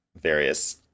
various